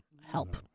help